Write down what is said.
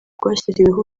rwashyiriweho